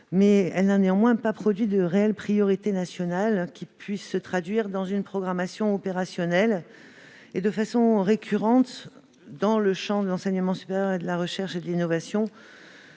grands enjeux, mais sans dégager de réelles priorités nationales qui puissent se traduire dans une programmation opérationnelle. De façon récurrente, dans le champ de l'enseignement supérieur, de la recherche et de l'innovation,